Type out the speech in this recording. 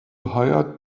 hire